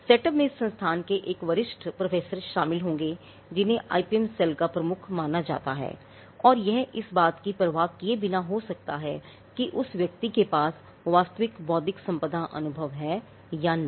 setup में संस्थान के एक वरिष्ठ प्रोफेसर शामिल होंगे जिन्हें IPM सेल का प्रमुख माना जाता है और यह इस बात की परवाह किए बिना हो सकता है कि उस व्यक्ति के पास वास्तविक बौद्धिक संपदा अनुभव है या नहीं